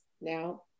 Now